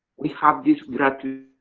we have this gratitude's.